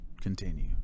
continue